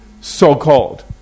So-called